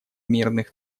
мирных